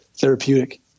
therapeutic